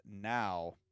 Now